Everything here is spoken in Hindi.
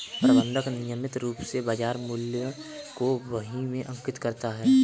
प्रबंधक नियमित रूप से बाज़ार मूल्य को बही में अंकित करता है